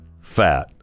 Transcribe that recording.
fat